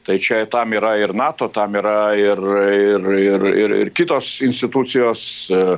tai čia tam yra ir nato tam yra ir ir ir kitos institucijos